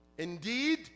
Indeed